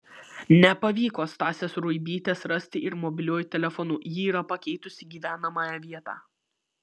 nepavyko stasės ruibytės rasti ir mobiliuoju telefonu ji yra pakeitusi gyvenamąją vietą